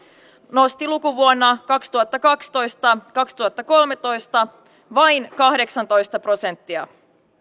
nosti lukuvuonna kaksituhattakaksitoista viiva kaksituhattakolmetoista vain kahdeksantoista prosenttia